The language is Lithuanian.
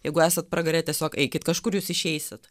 jeigu esat pragare tiesiog eikit kažkur jūs išeisit